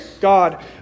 God